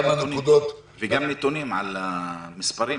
גם נתונים על מספרים